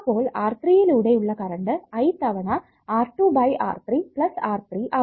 അപ്പോൾ R3 യിലൂടെ ഉള്ള കറണ്ട് I തവണ R2 by R3 plus R3 ആകും